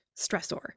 stressor